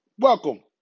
Welcome